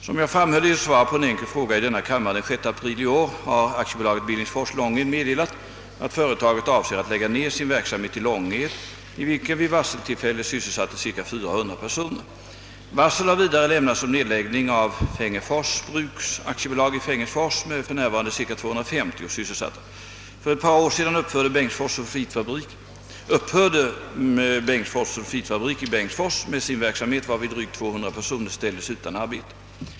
Som jag framhöll i ett svar på en enkel fråga i denna kammare den 6 april i år har AB Billingsfors-Långed meddelat att företaget avser att lägga ned sin verksamhet i Långed, i vilken vid varseltillfället sysselsattes ca 400 personer. Varsel har vidare lämnats om nedläggning av Fengersfors bruks AB i Fengersfors med f. n. ca 250 sysselsatta. För ett par år sedan upphörde Bengtsfors sulfitfabrik i Bengtsfors med sin verksamhet varvid drygt 200 personer ställdes utan arbete.